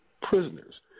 prisoners